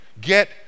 get